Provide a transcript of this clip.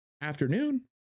afternoon